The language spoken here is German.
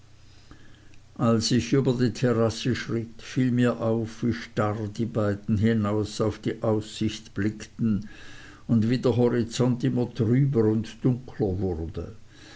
als ich über die terrasse schritt fiel mir auf wie starr die beiden hinaus auf die aussicht blickten und wie der horizont immer trüber und dunkler wurde